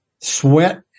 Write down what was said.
sweat